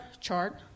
chart